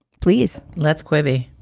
please, let's quickly